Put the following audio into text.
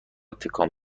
تکان